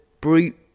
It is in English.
brute